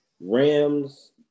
Rams